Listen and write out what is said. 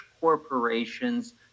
corporations